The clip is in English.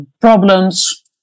problems